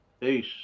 Peace